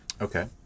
Okay